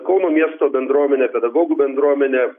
kauno miesto bendruomenė pedagogų bendruomenė